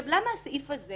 למה הסעיף הזה